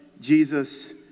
Jesus